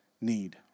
need